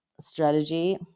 strategy